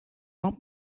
want